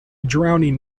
drowning